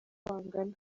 bangana